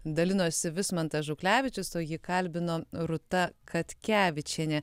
dalinosi vismantas žuklevičius o jį kalbino rūta katkevičienė